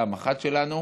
שהיה המח"ט שלנו,